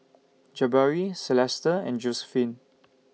Jabari Celesta and Josiephine